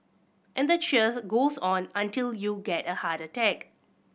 and the cheers goes on until you get a heart attack